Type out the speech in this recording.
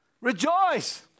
rejoice